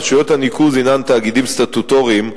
רשויות הניקוז הינן תאגידים סטטוטוריים,